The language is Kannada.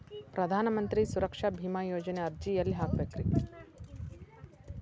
ಪ್ರಧಾನ ಮಂತ್ರಿ ಸುರಕ್ಷಾ ಭೇಮಾ ಯೋಜನೆ ಅರ್ಜಿ ಎಲ್ಲಿ ಹಾಕಬೇಕ್ರಿ?